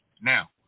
Now